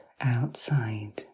outside